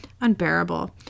unbearable